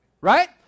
right